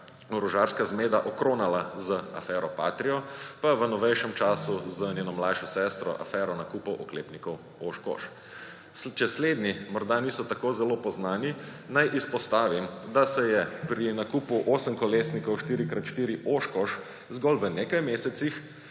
orožarska zmeda okronala z afero Patria, pa v novejšem času z njeno mlajšo sestro afero nakupov oklepnikov Oshkosh. Če slednji morda niso tako zelo poznani, naj izpostavim, da se je pri nakupu osemkolesnikov 4x4 Oshkosh zgolj v nekaj mesecih